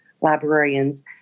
Librarians